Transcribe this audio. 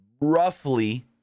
roughly